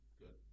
good